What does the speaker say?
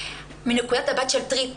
מנקודת המבט של טריפ,